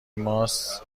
ماست